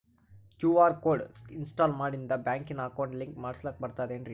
QR code install ಮಾಡಿಂದ ಬ್ಯಾಂಕಿನ account link ಮಾಡಸ್ಲಾಕ ಬರ್ತದೇನ್ರಿ